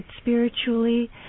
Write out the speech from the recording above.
spiritually